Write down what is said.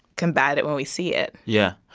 combat it when we see it yeah.